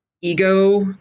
ego